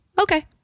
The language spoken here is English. okay